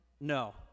No